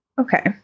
Okay